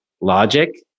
logic